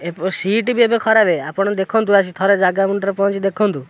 seat ବି ଏବେ ଖରାପେ ଆପଣ ଦେଖନ୍ତୁ ଆସି ଥରେ ଜାଗା ମୁଣ୍ଡରେ ପହଞ୍ଚି ଦେଖନ୍ତୁ